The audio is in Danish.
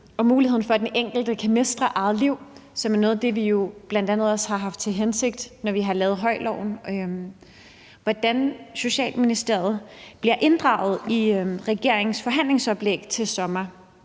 og muligheden for, at den enkelte kan mestre sit eget liv, som er noget af det, vi bl.a. har også har haft til hensigt, når vi har lavet HOI-loven – hvordan Socialministeriet bliver inddraget i regeringens forhandlingsoplæg til sommer